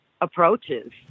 approaches